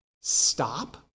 Stop